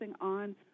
on